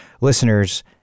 listeners